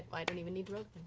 i don't even need to